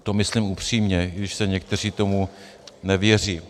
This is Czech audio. To myslím upřímně, i když někteří tomu nevěří.